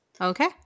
Okay